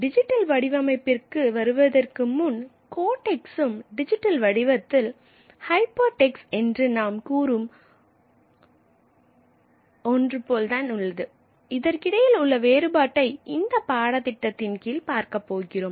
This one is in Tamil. டிஜிட்டல் வடிவமைப்பிற்கு வருவதற்கு முன் கோடெக்ஸ்க்கும் டிஜிட்டல் வடிவத்தில் ஹைபர்ட்ஸ்ட் என்று நாம் கூறும் ஒன்றிற்கும் உள்ள வேறுபாட்டை இந்தப் பாடத்திட்டத்தின் கீழ் பார்க்கப்போகிறோம்